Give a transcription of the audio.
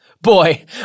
Boy